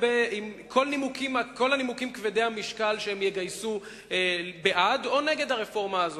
כל הנימוקים כבדי המשקל שיגייסו בעד או נגד הרפורמה הזאת.